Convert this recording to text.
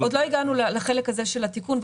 עוד לא הגענו לחלק הזה של התיקון,